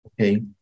Okay